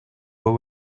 what